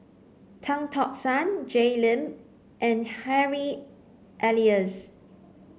Tan Tock San Jay Lim and Harry Elias